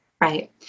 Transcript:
Right